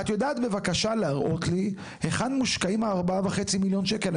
את יודעת בבקשה להראות לי היכן מושקעים ה-4.5 מיליון שקלים?